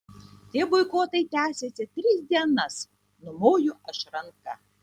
tie boikotai tęsiasi tris dienas numoju aš ranka